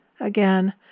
again